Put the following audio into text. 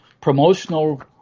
promotional